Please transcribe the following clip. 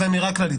זאת אמירה כללית.